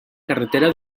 carretera